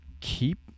keep